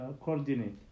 coordinate